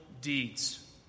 deeds